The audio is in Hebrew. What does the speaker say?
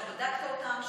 אתה בדקת אותן,